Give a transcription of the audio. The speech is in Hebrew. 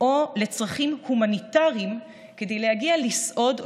או לצרכים הומניטריים כדי להגיע לסעוד,